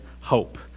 hope